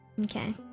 Okay